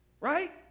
right